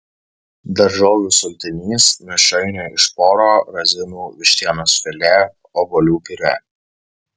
daržovių sultinys mišrainė iš poro razinų vištienos filė obuolių piurė